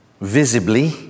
visibly